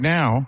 Now